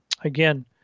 again